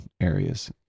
areas